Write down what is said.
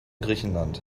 griechenland